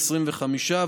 25,